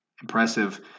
Impressive